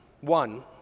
One